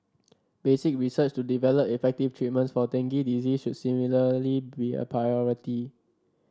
basic research to develop effective treatments for dengue disease should similarly be a priority